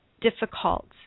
difficult